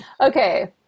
okay